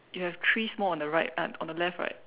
you have three small on the right uh on the left right